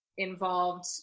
involved